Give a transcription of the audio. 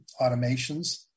automations